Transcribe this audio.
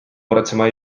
muretsema